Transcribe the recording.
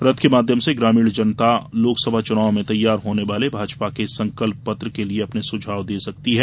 रथ के माध्यम से ग्रामीण जनता लोकसभा चुनाव में तैयार होने वाले भाजपा के संकल्पपत्र के लिए अपने सुझाव दे सकती है